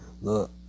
Look